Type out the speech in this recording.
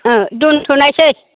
दोनथ'नोसै